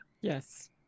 Yes